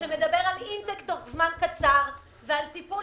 שמדבר על אינטייק בתוך זמן קצר ועל טיפול